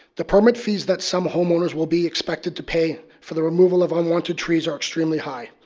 the permit fees that some homeowners will be expected to pay for the removal of unwanted trees are extremely high.